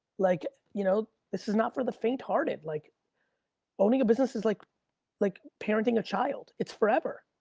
like you know this is not for the faint hearted. like owning a business is like like parenting a child, it's forever.